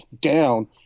down